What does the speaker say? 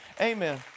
Amen